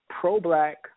pro-Black